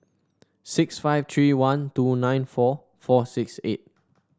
six five three one two nine four four six eight